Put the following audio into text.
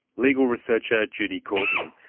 legal researcher judy courtin.